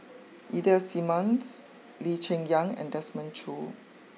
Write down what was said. Ida Simmons Lee Cheng Yan and Desmond Choo